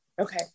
Okay